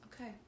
okay